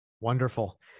Wonderful